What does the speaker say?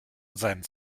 seinen